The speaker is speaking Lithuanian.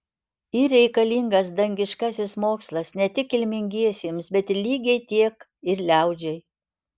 yr reikalingas dangiškasis mokslas ne tik kilmingiesiems bet lygiai tiek ir liaudžiai